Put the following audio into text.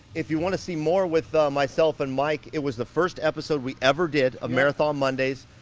if you want to see more with myself and mike, it was the first episode we ever did of marathon mondays.